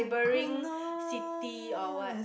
goodness